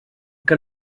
que